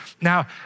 Now